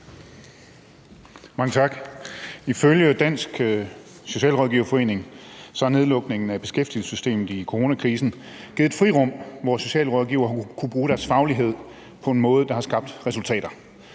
Mange tak. Ifølge Dansk Socialrådgiverforening har nedlukningen af beskæftigelsessystemet i coronakrisen givet et frirum, hvor socialrådgivere har kunnet bruge deres faglighed på en måde, der har skabt resultater.